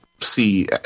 see